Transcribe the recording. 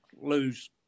lose